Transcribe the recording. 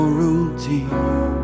routine